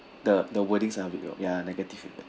the the wordings are below ya negative feedback